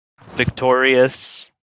Victorious